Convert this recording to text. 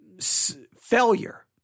failure